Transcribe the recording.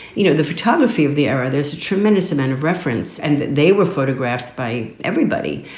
you know, the photography of the era. there's a tremendous amount of reference. and they were photographed by everybody.